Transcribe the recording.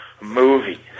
movie